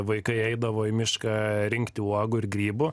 vaikai eidavo į mišką rinkti uogų ir grybų